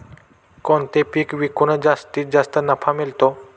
कोणते पीक विकून जास्तीत जास्त नफा मिळतो?